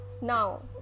Now